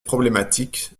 problématiques